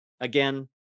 Again